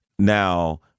Now